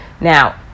Now